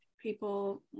people